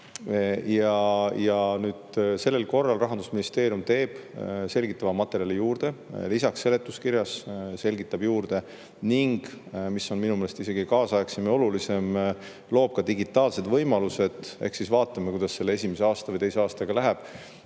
raha. Sellel korral Rahandusministeerium teeb selgitava materjali juurde, lisaks seletuskirjas selgitab juurde ning – mis on minu meelest isegi kaasaegsem ja olulisem – loob ka digitaalsed võimalused. Eks siis vaatame, kuidas selle esimese aasta või teise aastaga läheb: